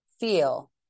feel